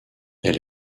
elle